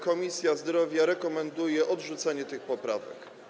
Komisja Zdrowia rekomenduje odrzucenie tych poprawek.